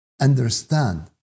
understand